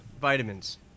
vitamins